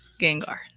Gengar